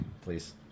please